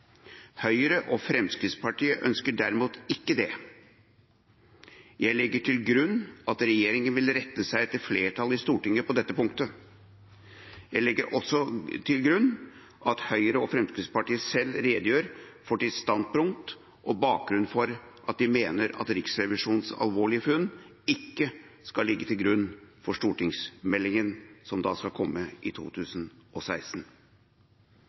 Høyre og Fremskrittspartiet ønsker derimot ikke det. Jeg legger til grunn at regjeringa vil rette seg etter flertallet i Stortinget på dette punktet. Jeg legger også til grunn at Høyre og Fremskrittspartiet selv redegjør for sitt standpunkt og bakgrunnen for at de mener at Riksrevisjonens alvorlige funn ikke skal ligge til grunn for stortingsmeldingen som skal komme i 2016.